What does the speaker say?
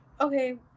okay